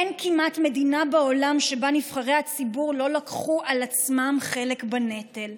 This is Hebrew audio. אין כמעט מדינה בעולם שבה נבחרי הציבור לא לקחו על עצמם חלק בנטל.